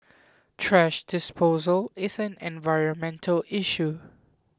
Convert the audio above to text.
thrash disposal is an environmental issue